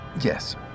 Yes